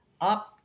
up